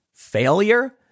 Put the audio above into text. failure